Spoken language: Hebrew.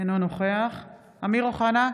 אינו נוכח אמיר אוחנה,